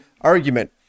argument